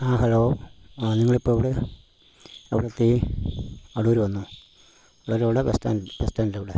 ആ ഹലോ നിങ്ങളിപ്പോൾ എവിടെ എവിടെ എത്തി അടൂര് വന്നോ അടൂരെവിടെ ബസ്സ് സ്റ്റാൻഡ് ബസ്സ്റ്റാൻ്റിൻ്റ അവിടെ